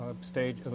stage